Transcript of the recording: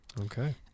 Okay